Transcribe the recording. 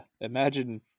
Imagine